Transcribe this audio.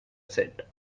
said